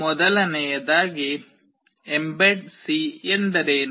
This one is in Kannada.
ಮೊದಲನೆಯದಾಗಿ Mbed C ಎಂದರೇನು